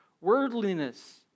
Worldliness